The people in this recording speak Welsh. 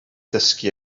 dysgu